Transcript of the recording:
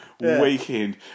weekend